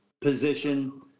position